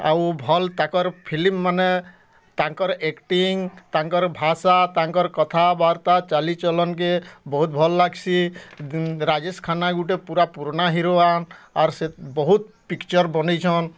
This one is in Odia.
ଆଉ ଭଲ୍ ତାକର୍ ଫିଲିମ୍ମାନେ ତାଙ୍କର୍ ଆକ୍ଟିଙ୍ଗ୍ ତାଙ୍କର୍ ଭାଷା ତାଙ୍କର କଥା ବାର୍ତ୍ତା ଚାଲିଚଲନ୍ କେ ବହୁତ୍ ଭଲ୍ ଲାଗ୍ସି ରାଜେଶ୍ ଖାନା ଗୁଟେ ପୁରା ପୁରୁଣା ହିରୋଆନ୍ ଅର୍ ସେ ବହୁତ୍ ପିକ୍ଚର୍ ବନେଇଛନ୍